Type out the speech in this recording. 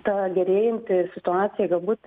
ta gerėjanti situacija galbūt